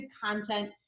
content